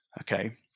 Okay